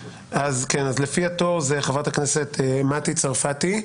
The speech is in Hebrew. לפי התור חברת הכנסת מטי צרפתי.